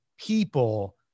people